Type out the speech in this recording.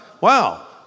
wow